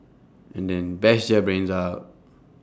and then bash their brains out